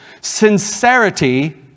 Sincerity